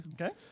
Okay